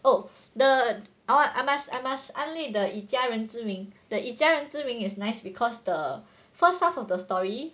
oh the I want I must I must update the 以家人之名 the 以家人之名 is nice because the first half of the story